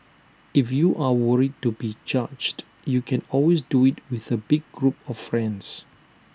if you are worried to be judged you can always do IT with A big group of friends